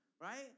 right